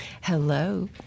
Hello